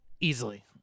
Easily